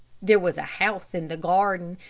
there was a house in the garden,